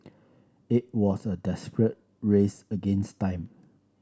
it was a desperate race against time